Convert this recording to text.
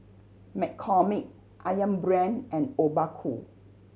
McCormick Ayam Brand and Obaku